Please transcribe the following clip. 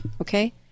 Okay